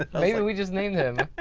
ah maybe we just named him,